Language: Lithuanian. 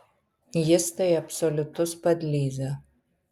jis tai absoliutus padlyza